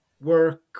work